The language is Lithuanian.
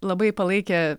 labai palaikė